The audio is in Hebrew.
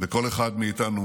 וכל אחד מאיתנו